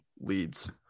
leads